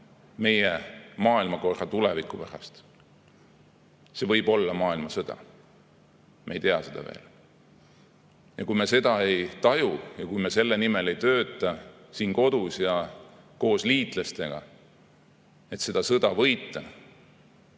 meie maailmakorra tuleviku pärast. See võib olla maailmasõda. Me ei tea seda veel. Ja kui me seda ei taju ja kui me selle nimel ei tööta siin kodus ja koos liitlastega, et seda sõda võita,